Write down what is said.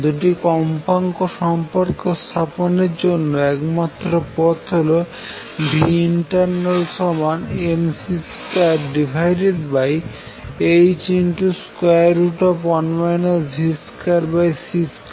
দুটি কম্পাঙ্ক সম্পর্ক স্থাপনের জন্য একমাত্র পথ হল internal mc2h1 v2c2